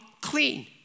clean